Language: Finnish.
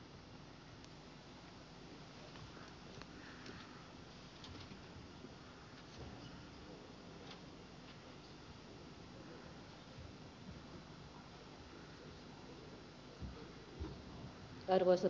arvoisa puhemies